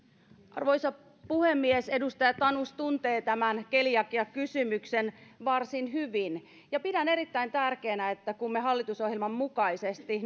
arvoisa puhemies edustaja tanus tuntee tämän keliakiakysymyksen varsin hyvin ja pidän erittäin tärkeänä että kun me hallitusohjelman mukaisesti